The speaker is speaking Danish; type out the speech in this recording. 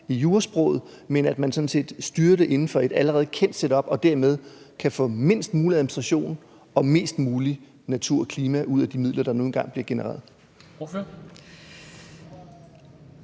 juridisk – så man sådan set styrer det inden for et allerede kendt setup og dermed kan få mindst mulig administration og mest mulig natur og klima ud af de midler, der nu engang bliver genereret?